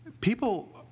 people